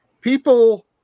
people